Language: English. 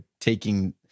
taking